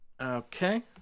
Okay